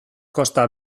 kosta